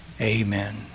Amen